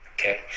okay